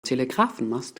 telegrafenmast